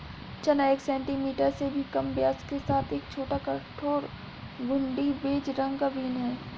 चना एक सेंटीमीटर से भी कम व्यास के साथ एक छोटा, कठोर, घुंडी, बेज रंग का बीन है